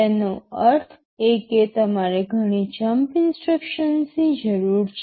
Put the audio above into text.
તેનો અર્થ એ કે તમારે ઘણી જંપ ઇન્સટ્રક્શન્સની જરૂર છે